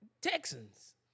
Texans